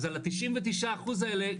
אז על ה-99 אחוז האלה,